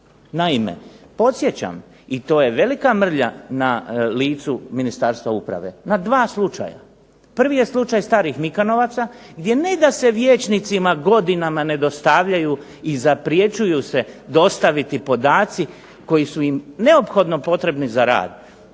Naime podsjećam i to je velika mrlja na licu Ministarstva uprave, na dva slučaja. Prvi je slučaj starih MIkanovaca gdje ne da se vijećnicima godinama ne dostavljaju i zaprječuju se dostaviti podaci koji su im neophodno potrebni za rad